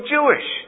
Jewish